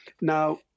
now